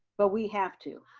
but we have to.